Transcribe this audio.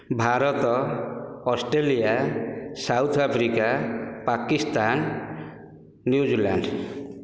Bharat Australia South Africa Pakistan New Zealand